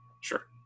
Sure